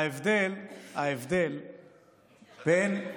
ההבדל בין,